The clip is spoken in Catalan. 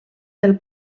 del